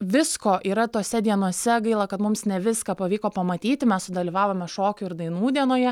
visko yra tose dienose gaila kad mums ne viską pavyko pamatyti mes dalyvavome šokių ir dainų dienoje